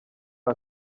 ari